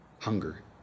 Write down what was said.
Hunger